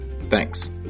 Thanks